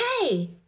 Hey